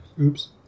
Oops